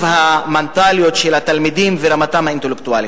המנטליות של התלמידים ורמתם האינטלקטואלית.